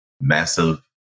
massive